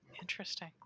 Interesting